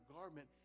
garment